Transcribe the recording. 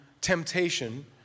temptation